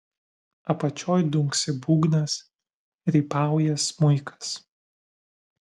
apačioj dunksi būgnas rypauja smuikas